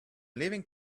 leaving